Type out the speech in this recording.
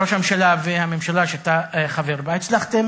ראש הממשלה והממשלה שאתה חבר בה, הצלחתם